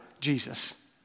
Jesus